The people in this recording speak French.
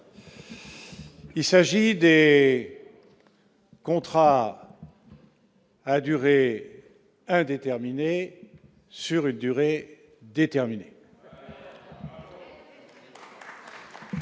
Il s'agit des contrats à durée indéterminée, sur une durée déterminée.